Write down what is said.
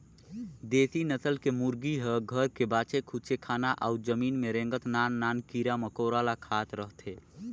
देसी नसल के मुरगी ह घर के बाचे खुचे खाना अउ जमीन में रेंगत नान नान कीरा मकोरा ल खात रहथे